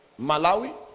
Malawi